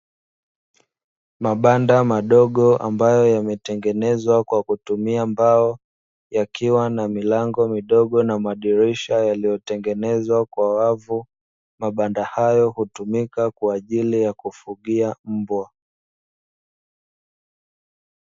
Mabanda madogo ambayo yametengenezwa kwa kutumia mbao yakiwa na milango midogo na madirisha yaliyotengenezwa kwa wavu. Mabanda hayo hutumika kwa ajili ya kufugia mbwa.